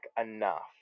enough